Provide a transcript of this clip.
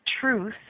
truth